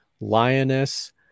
lioness